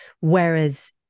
Whereas